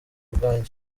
ubwanjye